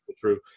true